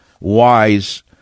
wise